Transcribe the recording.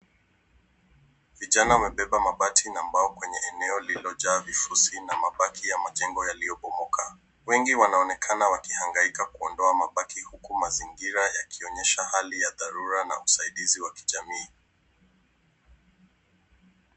Vijana wamebeba mabati na mbao kwenye eneo lililojaa vifusi na mabaki ya majengo yaliyobomoka. Wengi wanaonekana wakihangaika kuondoa mabaki huku mazingira yakionyesha hali ya dharura na usaidizi wa kijamii.